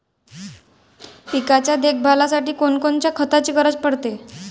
पिकाच्या चांगल्या देखभालीसाठी कोनकोनच्या खताची गरज पडते?